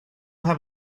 have